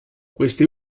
queste